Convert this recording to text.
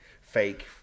fake